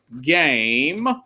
game